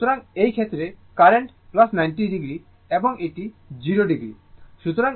সুতরাং এই ক্ষেত্রে কারেন্ট 90o এবং এটি 0o